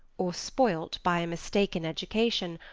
or spoilt by a mistaken education,